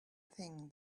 thing